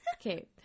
Okay